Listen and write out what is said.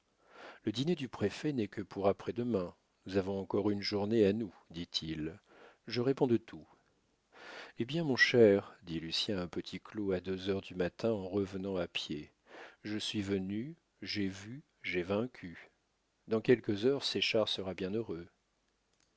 le dîner du préfet n'est que pour après-demain nous avons encore une journée à nous dit-il je réponds de tout eh bien mon cher dit lucien à petit claud à deux heures du matin en revenant à pied je suis venu j'ai vu j'ai vaincu dans quelques heures séchard sera bien heureux